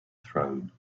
throne